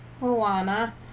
Moana